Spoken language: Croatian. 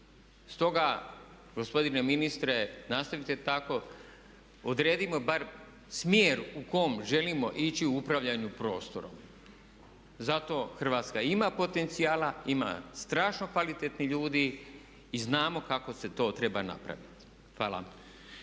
Stoga gospodine minsitre, nastavite tako. Odredimo bar smjer u kom želimo ići u upravljanju prostorom, zato Hrvatska ima potencijala, ima strašno kvalitetnih ljudi i znamo kako se to treba napraviti. Hvala.